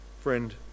Friend